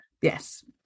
Yes